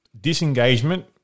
disengagement